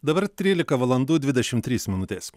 dabar trylika valandų dvidešimt trys minutės